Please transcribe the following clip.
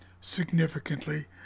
Significantly